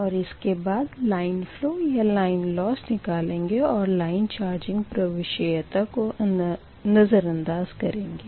और इसके बाद लाइन फ़लो या लाइन लोस निकालेंगे और लाइन चार्जिंग प्रवशेयता को नज़रंदाज़ करेंगे